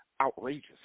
outrageous